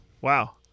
Wow